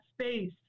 space